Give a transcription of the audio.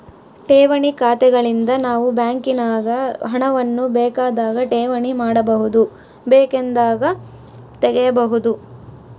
ಠೇವಣಿ ಖಾತೆಗಳಿಂದ ನಾವು ಬ್ಯಾಂಕಿನಾಗ ಹಣವನ್ನು ಬೇಕಾದಾಗ ಠೇವಣಿ ಮಾಡಬಹುದು, ಬೇಕೆಂದಾಗ ತೆಗೆಯಬಹುದು